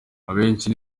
abenshi